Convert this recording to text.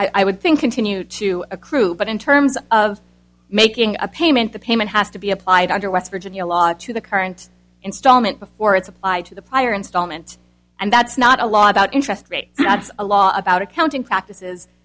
i would think continue to accrue but in terms of making a payment the payment has to be applied under west virginia law to the current installment before it's applied to the prior installment and that's not a law about interest rate it's a law about accounting practices